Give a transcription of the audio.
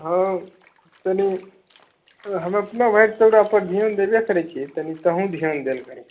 हँ तनि हम अपनो भरि तऽ ओकरा पर धिआन देबे करैत छियै तनि तोंहू धिआन देल करऽ